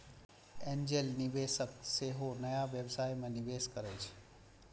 angel निवेशक सेहो नया व्यवसाय मे निवेश करै छै